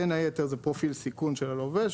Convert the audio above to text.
בין היתר: פרופיל סיכון של הלווה,